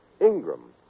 Ingram